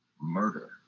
murder